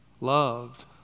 loved